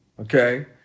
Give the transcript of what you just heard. Okay